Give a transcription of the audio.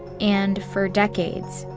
and for decades,